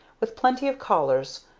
with plenty of callers,